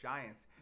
Giants